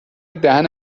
دهن